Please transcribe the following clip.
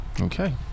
Okay